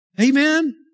Amen